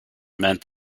meant